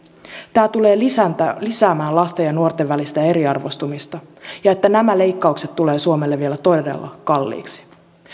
tämä tulee lisäämään lasten ja nuorten välistä eriarvoistumista ja nämä leikkaukset tulevat suomelle vielä todella kalliiksi